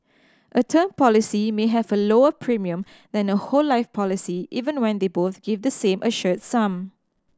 a term policy may have a lower premium than a whole life policy even when they both give the same assured sum